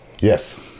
Yes